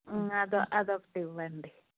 అదొ అది ఒకటి ఇవ్వండి